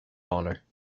honor